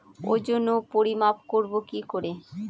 ওজন ও পরিমাপ করব কি করে?